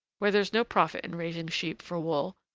where there's no profit in raising sheep for wool,